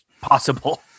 possible